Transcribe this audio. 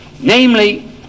Namely